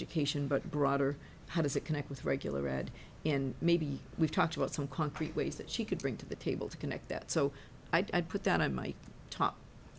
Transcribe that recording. education but broader how does it connect with regular read and maybe we've talked about some concrete ways that she could bring to the table to connect that so i put that in my top